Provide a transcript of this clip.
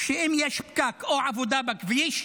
שאם יש פקק או עבודה בכביש,